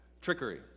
trickery